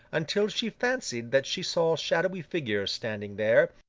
until she fancied that she saw shadowy figures standing there,